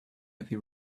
heavy